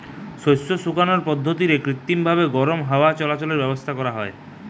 শস্য শুকানার পদ্ধতিরে কৃত্রিমভাবি গরম হাওয়া চলাচলের ব্যাবস্থা করা হয়